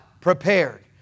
Prepared